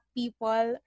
people